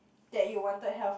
that you wanted health